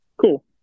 cool